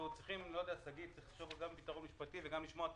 צריך לחשוב גם על פתרון משפטי וגם לשמוע את